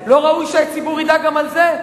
האלה, לא ראוי שהציבור ידע גם על זה?